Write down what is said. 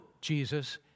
Jesus